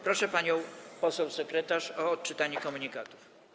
Proszę panią poseł sekretarz o odczytanie komunikatów.